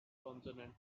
consonant